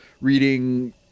reading